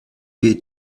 wir